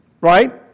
right